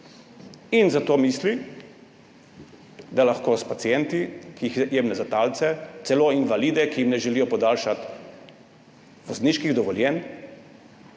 In zato misli, da lahko s pacienti, ki jih jemlje za talce, celo invalide, ki jim ne želijo podaljšati vozniških dovoljenj